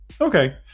Okay